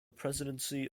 presidency